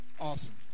Awesome